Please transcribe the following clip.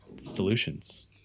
solutions